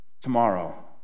Tomorrow